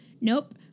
Nope